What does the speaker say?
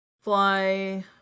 fly